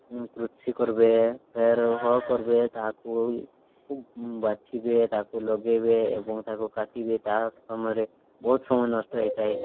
କୃଷି କରିବେ ଫେର୍ ହଳ କରିବେ ତାହାକୁ ବାଛିବେ ତାକୁ ଲଗେଇବେ ଏବଂ ତାକୁ କାଟିବେ ତା ସମୟରେ ବହୁତ ସମୟ ନଷ୍ଟ ହୋଇଥାଏ